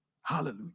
Hallelujah